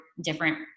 different